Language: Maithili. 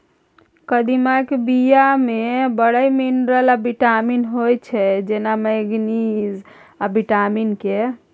कदीमाक बीया मे बड़ मिनरल आ बिटामिन होइ छै जेना मैगनीज आ बिटामिन के